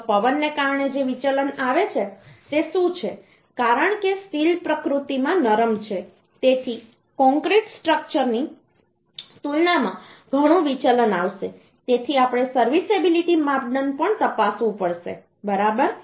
તો પવનને કારણે જે વિચલન આવે છે તે શું છે કારણ કે સ્ટીલ પ્રકૃતિમાં નરમ છે તેથી કોંક્રિટ સ્ટ્રક્ચરની તુલનામાં ઘણું વિચલન આવશે તેથી આપણે સર્વિસએબિલિટીમાપ દંડ પણ તપાસવું પડશે બરાબર